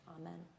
amen